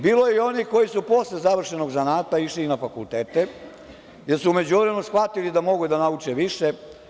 Bilo je i onih koji su posle završenog zanata išli i na fakultete, jer su u međuvremenu shvatili da mogu da nauče više.